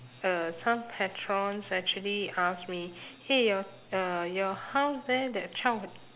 uh some patrons actually ask me eh your uh your house there that